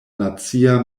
nacia